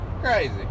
crazy